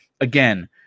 again